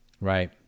Right